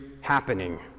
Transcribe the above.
happening